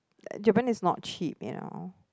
uh Japan is not cheap you know